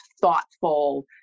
thoughtful